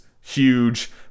Huge